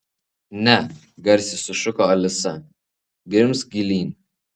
ne garsiai sušuko alisa grimzk gilyn